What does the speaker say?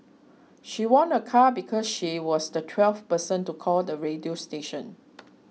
she won a car because she was the twelfth person to call the radio station